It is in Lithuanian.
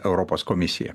europos komisija